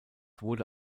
wurde